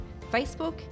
Facebook